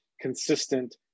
consistent